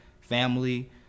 family